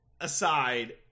aside